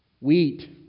Wheat